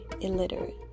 illiterate